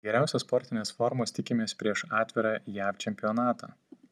geriausios sportinės formos tikimės prieš atvirą jav čempionatą